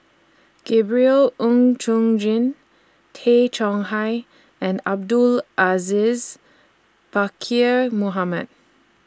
Gabriel Oon Chong Jin Tay Chong Hai and Abdul Aziz Pakkeer Mohamed